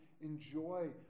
enjoy